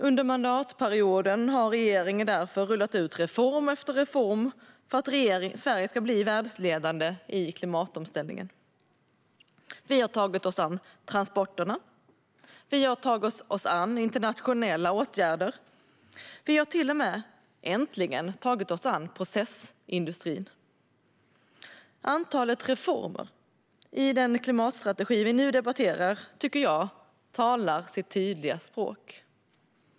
Under mandatperioden har regeringen därför rullat ut reform efter reform för att Sverige ska bli världsledande i klimatomställningen. Vi har tagit oss an transporterna, vi har tagit oss an internationella åtgärder och vi har till och med, äntligen, tagit oss an processindustrin. Antalet reformer i den klimatstrategi som vi nu debatterar talar sitt tydliga språk.